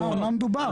על מה מדובר?